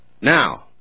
Now